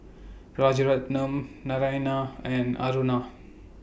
Rajaratnam Naraina and Aruna